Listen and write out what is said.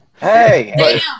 Hey